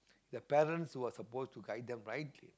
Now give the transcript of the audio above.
their parents who are suppose to guide them right